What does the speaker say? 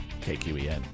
KQEN